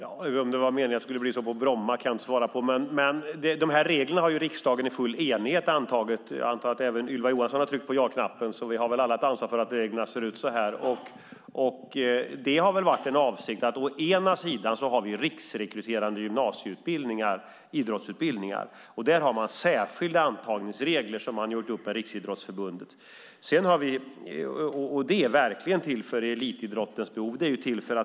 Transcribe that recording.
Fru talman! Huruvida det var meningen att det skulle bli så på Bromma gymnasium kan jag inte svara på. De här reglerna har ju riksdagen antagit i full enighet. Jag antar att även Ylva Johansson tryckte på ja-knappen, så vi har väl alla ett ansvar för att reglerna ser ut så här. Å ena sidan har vi riksrekryterande idrottsutbildningar på gymnasienivå. Där har man särskilda antagningsregler som man har gjort upp med Riksidrottsförbundet om. De är verkligen till för elitidrottens behov.